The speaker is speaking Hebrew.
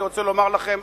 אני רוצה לומר לכם,